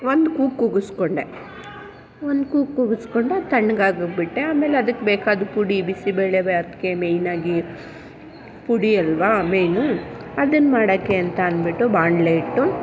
ಒಂದು ಕೂಗು ಕೂಗಿಸ್ಕೊಂಡೆ ಒಂದು ಕೂಗು ಕೂಗಿಸ್ಕೊಂಡೆ ತಣ್ಣಗಾಗೋಗ್ಬಿಟ್ಟೆ ಆಮೇಲೆ ಅದಕ್ಕೆ ಬೇಕಾದ ಪುಡಿ ಬಿಸಿಬೇಳೆಬಾತಿಗೆ ಮೇಯ್ನಾಗಿ ಪುಡಿ ಅಲ್ವ ಮೇಯ್ನು ಅದನ್ನ ಮಾಡೋಕ್ಕೆ ಅಂತ ಅಂದ್ಬಿಟ್ಟು ಬಾಣಲಿ ಇಟ್ಟು